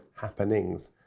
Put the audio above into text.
happenings